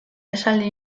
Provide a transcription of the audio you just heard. esaldi